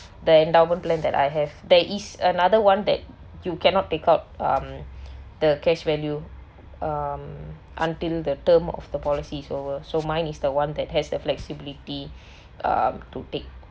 the endowment plan that I have there is another [one] that you cannot take out um the cash value um until the term of the policy is over so mine is the one that has the flexibility um to take